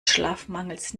schlafmangels